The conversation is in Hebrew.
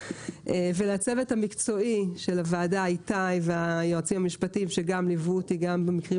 ולצוות המקצועי של הוועדה איתי והיועצים המשפטיים שליוו אותי גם במקרים